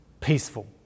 peaceful